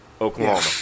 oklahoma